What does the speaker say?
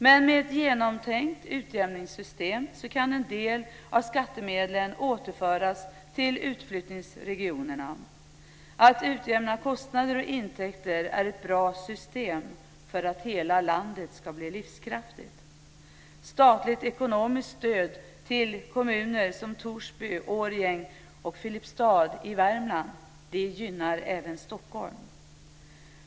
Men med ett genomtänkt utjämningssystem kan en del av skattemedlen återföras till utflyttningsregionerna. Att utjämna kostnader och intäkter är ett bra system för att hela landet ska bli livskraftigt. Statligt ekonomiskt stöd till kommuner som Torsby, Årjäng och Filipstad i Värmland gynnar även Stockholm.